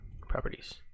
Properties